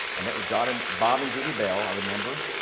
i met with john and bob and judy bell, i remember.